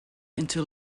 into